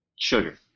Sugar